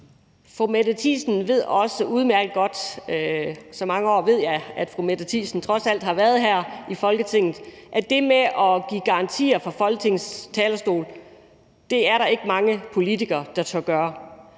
alt har været her i Folketinget – at det med at give garantier fra Folketingets talerstol er der ikke mange politikere, der tør.